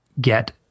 get